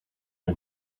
and